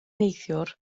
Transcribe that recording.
neithiwr